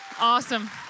Awesome